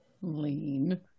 Lean